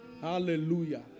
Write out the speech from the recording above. Hallelujah